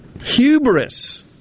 hubris